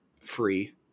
free